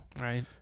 Right